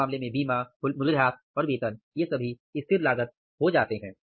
उस मामले में बीमा मूल्यह्रास और वेतन ये सभी स्थिर लागत हो जाते हैं